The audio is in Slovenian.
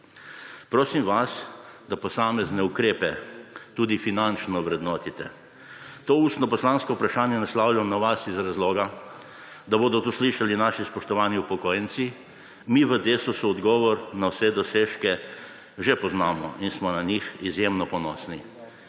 Prosim vas, da posamezne ukrepe tudi finančno vrednotite. To ustno poslansko vprašanje naslavljam na vas iz razloga, da bodo to slišali naši spoštovani upokojenci. Mi v Desusu odgovor na vse dosežke že poznamo in smo na njih izjemno ponosni.